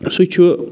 سُہ چھُ